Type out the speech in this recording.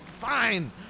fine